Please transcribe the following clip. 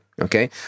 Okay